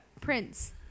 Prince